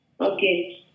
Okay